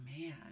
man